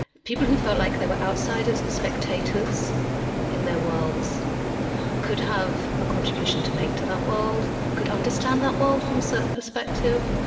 people who felt like they were outsiders and spectators in their worlds could have a contribution to make to that world, could understand that world from a certain perspective,